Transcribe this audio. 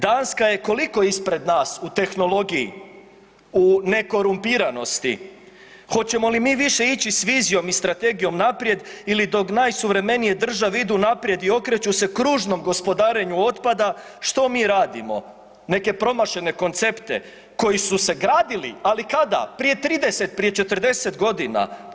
Danska je koliko ispred nas u tehnologiji, u nekorumpiranosti, hoćemo li više ići s vizijom i strategijom naprijed ili da od najsuvremenije države idu naprijed i okreću se kružnom gospodarenju otpada, što mi radimo, neke promašene koncepte koji su se gradili ali kada, prije 30, prije 40 godina.